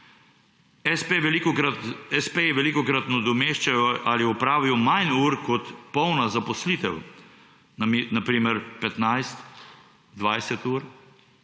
velikokrat nadomeščajo ali opravijo manj ur, kot je polna zaposlitev, na primer 15, 20 ur